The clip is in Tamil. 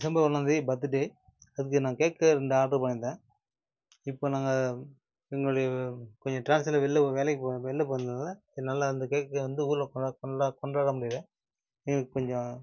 டிசம்பர் ஒன்றாந்தேதி என் பர்த் டே அதுக்கு நான் கேக்கு ரெண்டு ஆட்ரு பண்ணி இருந்தேன் இப்போ நாங்கள் எங்களுடைய கொஞ்சம் ட்ரான்ஸ்ஃவர் வெளில வேலைக்கு வெளில போனதுனால் என்னால் அந்த கேக்கை வந்து ஊரில் கொண்டாட முடியல எங்களுக்கு கொஞ்சம்